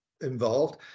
involved